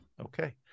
Okay